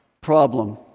problem